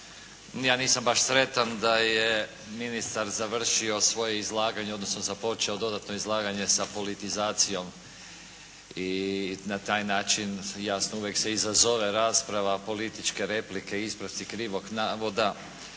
Ja nisam baš sretan da je ministar završio svoje izlaganje, odnosno započeo dodatno izlaganje sa politizacijom i na taj način jasno uvijek se izazove rasprava političke replike ispravci krivog navoda.